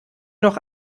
noch